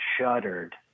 shuddered